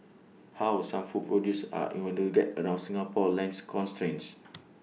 how some food producers are innovating to get around Singapore's land constraints